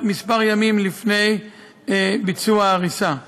רק ימים מספר לפני ביצוע ההריסה.